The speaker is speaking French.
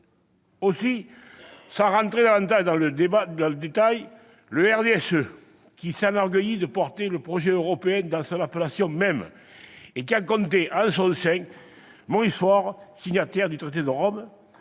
Aussi, sans entrer davantage dans le détail, le RDSE, qui s'enorgueillit de porter le projet européen dans son appellation même et qui a compté en son sein Maurice Faure, signataire du traité de Rome,